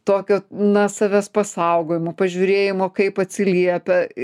tokio na savęs pasaugojimo pažiūrėjimo kaip atsiliepia